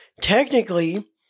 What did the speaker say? technically